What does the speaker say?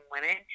women